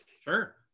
sure